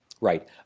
Right